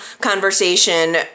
conversation